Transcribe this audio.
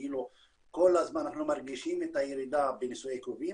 כאילו כל הזמן אנחנו מרגישים את הירידה בנישואי קרובים,